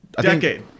Decade